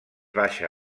baixa